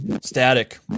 static